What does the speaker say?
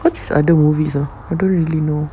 what other movies ah I don't really know